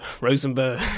rosenberg